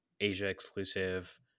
Asia-exclusive